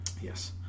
Yes